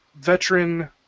veteran